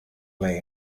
lay